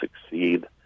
succeed